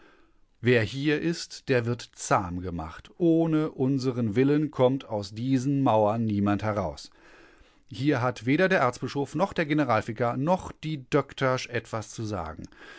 wer hier ist der wird zahm gemacht ohne unseren willen kommt aus diesen mauern niemand heraus hier hat weder der erzbischof noch der generalvikar noch die döktersch etwas zu sagen